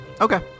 Okay